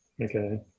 okay